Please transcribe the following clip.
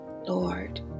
Lord